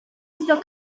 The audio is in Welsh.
iddo